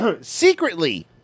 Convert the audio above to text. secretly